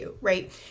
Right